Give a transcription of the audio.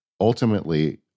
Ultimately